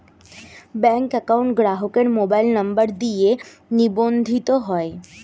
bank account গ্রাহকের mobile নম্বর দিয়ে নিবন্ধিত হয়